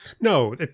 No